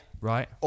Right